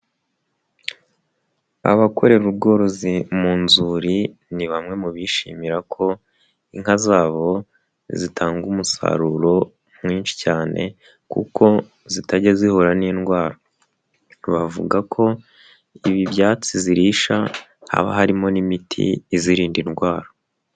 Abakorera ubworozi mu nzuri, ni bamwe mu bishimira ko inka zabo zitanga umusaruro mwinshi cyane, kuko zitajya zihura n'indwara. Bavuga ko ibi byatsi zirisha, haba harimo n'imiti izirinda indwara.